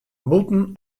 bûten